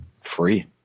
Free